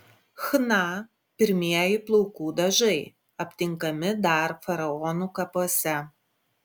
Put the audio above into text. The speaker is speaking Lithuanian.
chna pirmieji plaukų dažai aptinkami dar faraonų kapuose